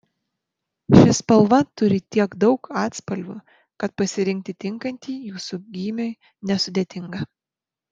ši spalva turi tiek daug atspalvių kad pasirinkti tinkantį jūsų gymiui nesudėtinga